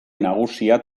nagusia